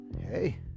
Hey